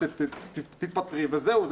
תתפטרי וזהו,